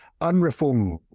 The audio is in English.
unreformable